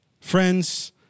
Friends